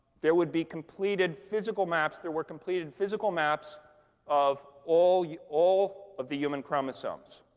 there would be completed physical maps there were completed physical maps of all yeah all of the human chromosomes.